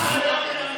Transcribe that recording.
חברות וחברים,